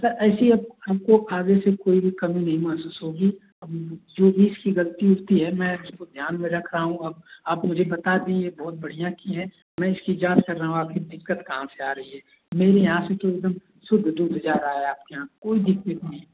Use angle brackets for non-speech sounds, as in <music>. sir ऐसी <unintelligible> हमको आगे से कोई भी कमी नही महसूस होगी अब जो भी इसकी गलती <unintelligible> है में उसको ध्यान में रख रहा हूँ अब आप मुझे बता दिए बहुत बढ़िया किएं मैं इसकी जांच कर रहा हूँ आपकी दिक्कत कहाँ से आ रही है मेरे यहाँ से तो एकदम शुद्ध दूध जा रहा है आपके यहाँ कोई दिक्कत नहीं